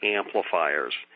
amplifiers